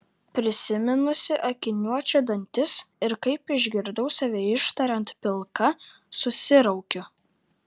prisiminusi akiniuočio dantis ir kaip išgirdau save ištariant pilka susiraukiu